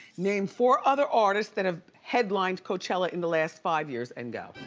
name four other artists that have headlined coachella in the last five years, and go.